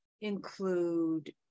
include